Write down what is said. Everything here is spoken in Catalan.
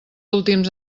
últims